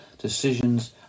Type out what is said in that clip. decisions